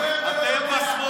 מה התשובה שלך?